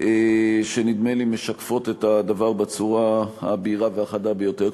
שנדמה לי שמשקפות את הדבר בצורה הבהירה והחדה ביותר.